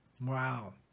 Wow